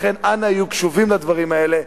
לכן, אנא היו קשובים לדברים האלה.